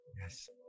Yes